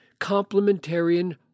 complementarian